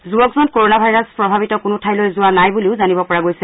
যুৱকজন corona virus প্ৰভাৱিত কোনো ঠাইলৈ যোৱা নাই বুলিও জানিব পৰা গৈছে